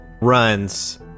runs